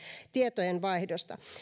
tietojenvaihdosta